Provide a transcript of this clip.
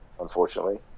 unfortunately